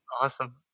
awesome